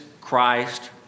Christ